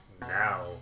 now